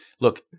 look